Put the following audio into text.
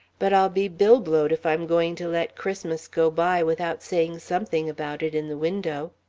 but i'll be billblowed if i'm going to let christmas go by without saying something about it in the window.